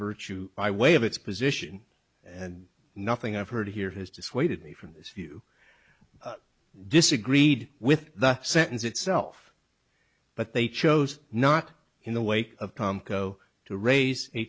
virtue i way of its position and nothing i've heard here has dissuaded me from this view disagreed with the sentence itself but they chose not in the way of tomko to raise a